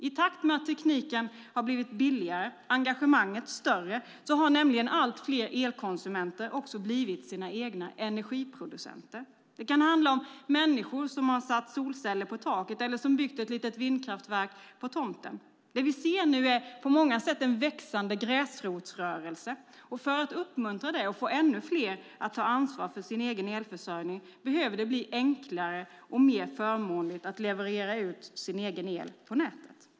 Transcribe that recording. I takt med att tekniken har blivit billigare och engagemanget större har nämligen allt fler elkonsumenter också blivit sina egna energiproducenter. Det kan handla om människor som har satt solceller på taket eller byggt ett litet vindkraftverk på tomten. Det vi ser nu är på många sätt en växande gräsrotsrörelse. För att uppmuntra det och få ännu fler att ta ansvar för sin egen elförsörjning behöver det bli enklare och mer förmånligt att leverera ut sin egen el på nätet.